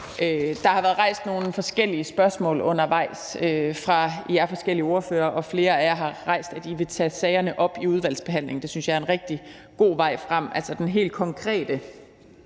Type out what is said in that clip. Der har været rejst en række spørgsmål undervejs fra de forskellige ordførere, og flere af jer har nævnt, at I vil tage sagerne op i udvalgsbehandlingen. Det synes jeg er en rigtig god vej frem. Altså, den helt konkrete